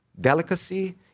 delicacy